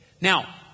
Now